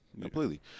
completely